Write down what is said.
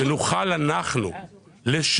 שנוכל אנחנו לשדר